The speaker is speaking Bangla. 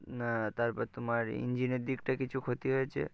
না তারপর তোমার ইঞ্জিনের দিকটা কিছু ক্ষতি হয়েছে